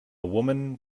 woman